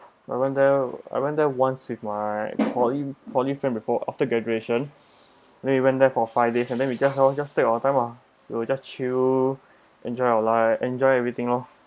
I went there I went there once with my poly poly friend before after graduation and then we went there for five days and then we just you know just take our time lah we'll just chill enjoy our life enjoy everything lor